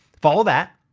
follow that.